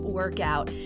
workout